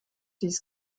dies